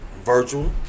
Virtual